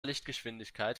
lichtgeschwindigkeit